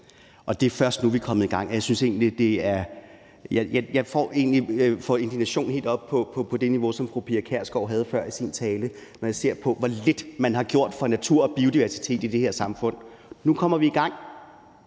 Det er først nu, vi er kommet i gang, og jeg får indignation helt op på det niveau, som fru Pia Kjærsgaard havde før i sin tale, når jeg ser på, hvor lidt man har gjort for natur og biodiversitet i det her samfund. Nu kommer vi i gang